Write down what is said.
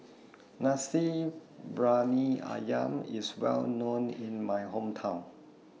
Nasi Briyani Ayam IS Well known in My Hometown